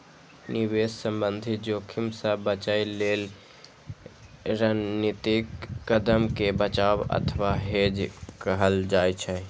निवेश संबंधी जोखिम सं बचय लेल रणनीतिक कदम कें बचाव अथवा हेज कहल जाइ छै